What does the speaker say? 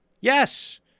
Yes